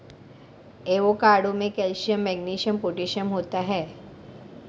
avocado में calcium magnesium potassium होता है